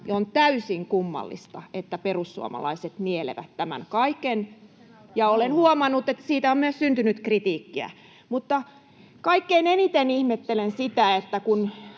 On täysin kummallista, että perussuomalaiset nielevät tämän kaiken, ja olen huomannut, että siitä on myös syntynyt kritiikkiä. Kaikkein eniten ihmettelen sitä, että kun